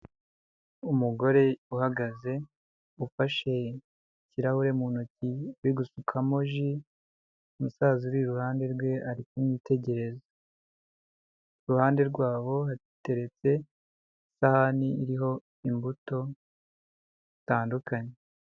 Umugore uhagaze ufashe ikirahure mu ntoki uri gusukamo ji, umusaza uri iruhande rwe ari kumwitegereza, iruhande rwabo hateretse isahani iriho imbuto zitandukanye.